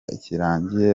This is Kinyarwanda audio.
kirangiye